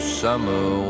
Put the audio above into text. summer